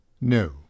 No